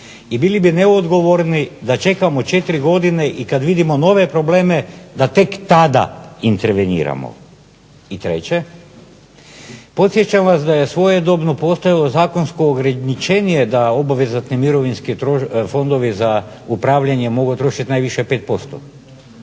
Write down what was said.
i bili bi neodgovorni da čekamo 4 godine i kad vidimo nove probleme da tek tada interveniramo. I treće, podsjećam sam da je svojedobno postojalo zakonsko ograničenje da obvezatni mirovinski fondovi za upravljanje mogu trošiti najviše 5%,